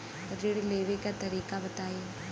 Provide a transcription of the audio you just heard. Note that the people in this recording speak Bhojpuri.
ऋण लेवे के तरीका बताई?